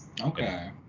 Okay